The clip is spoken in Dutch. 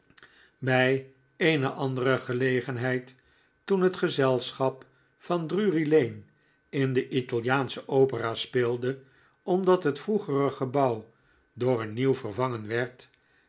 bij eene andere gelegenheid toen het gezelschap van drury-lane in de italiaansche opera speelde omdat het vroegere gebouw door een nieuw vervangen werd